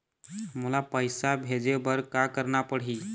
मोला पैसा भेजे बर का करना पड़ही?